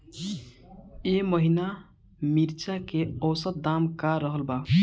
एह महीना मिर्चा के औसत दाम का रहल बा?